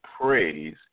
praise